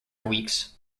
weeks